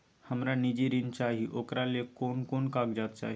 हमरा निजी ऋण चाही ओकरा ले कोन कोन कागजात चाही?